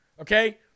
Okay